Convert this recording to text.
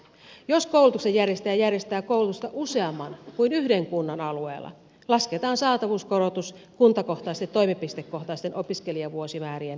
jos koulutuksen järjestäjä järjestää koulutusta useamman kuin yhden kunnan alueella lasketaan saatavuuskorotus kuntakohtaisesti toimipistekohtaisten opiskelijavuosimäärien perusteella